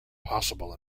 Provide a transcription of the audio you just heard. possible